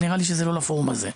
אבל נראה לי שזה לא לפורום הזה.